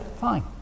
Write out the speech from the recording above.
fine